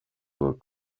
were